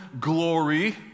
glory